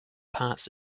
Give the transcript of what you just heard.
parts